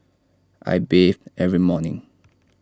I bathe every morning